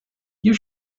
you